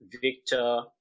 Victor